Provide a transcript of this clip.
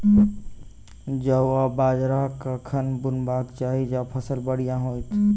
जौ आ बाजरा कखन बुनबाक चाहि जँ फसल बढ़िया होइत?